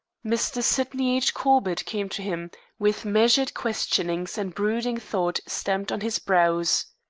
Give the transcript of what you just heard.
mr. sydney h. corbett came to him with measured questionings and brooding thought stamped on his brows.